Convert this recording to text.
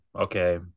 Okay